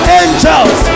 angels